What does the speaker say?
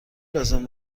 لازم